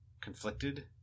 conflicted